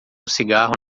cigarro